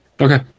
Okay